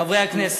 חברי הכנסת,